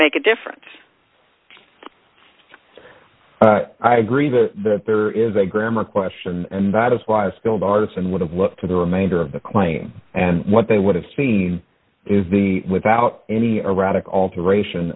make a difference i agree that there is a grammar question and that is why a skilled artisan would have looked to the remainder of the claim and what they would have seen is the without any erratic alteration